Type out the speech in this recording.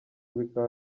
bikaba